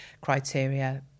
criteria